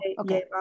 Okay